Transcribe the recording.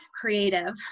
creative